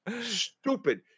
Stupid